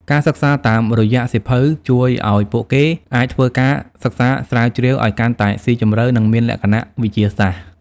ការសិក្សាតាមរយៈសៀវភៅជួយឲ្យពួកគេអាចធ្វើការ សិក្សាស្រាវជ្រាវឲ្យកាន់តែស៊ីជម្រៅ និងមានលក្ខណៈវិទ្យាសាស្ត្រ។